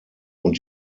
und